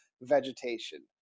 vegetation